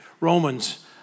Romans